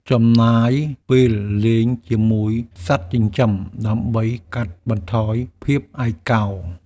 ចំណាយពេលលេងជាមួយសត្វចិញ្ចឹម ដើម្បីកាត់បន្ថយភាពឯកោ។